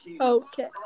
Okay